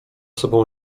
sobą